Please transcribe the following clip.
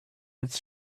its